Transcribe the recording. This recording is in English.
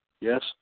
yes